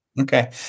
Okay